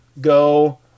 go